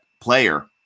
player